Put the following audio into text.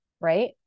right